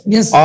Yes